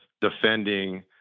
defending